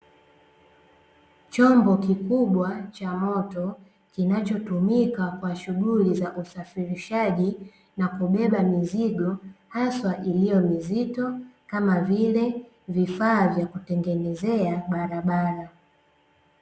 Chombo kikubwa cha moto kinachotumika kwa shughuli za usafirishaji na kubeba mizigo, haswa iliyo mizito kama vile vifaa vya kutengenezea barabara.